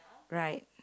right